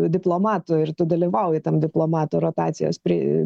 diplomatu ir tu dalyvauji tam diplomatų rotacijos pri